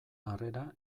harrera